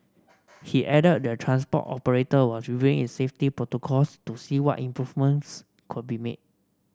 he added the transport operator was reviewing its safety protocols to see what improvements could be made